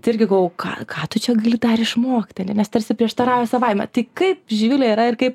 tai irgi galvojau ką ką tu čia gali dar išmokti ane nes tarsi prieštarauja savaime tai kaip živile yra ir kaip